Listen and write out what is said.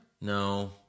No